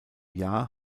jahr